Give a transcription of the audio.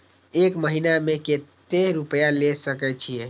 एक महीना में केते रूपया ले सके छिए?